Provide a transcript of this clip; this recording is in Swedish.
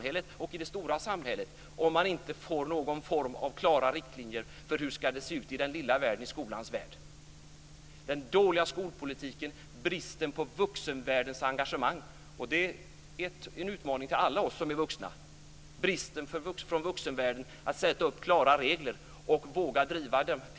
Varför ska man göra det, om man inte får någon form av klara riktlinjer för hur det ska se ut i den lilla världen, i skolans värld? Dålig skolpolitik, brist på engagemang i vuxenvärlden - det är en utmaning för alla oss som är vuxna. Vuxenvärlden brister när det gäller att sätta upp klara regler och våga driva de teserna.